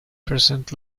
present